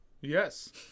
Yes